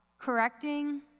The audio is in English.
correcting